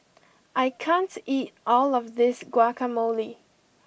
I can't eat all of this Guacamole